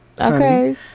Okay